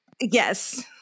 Yes